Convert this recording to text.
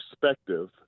perspective